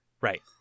right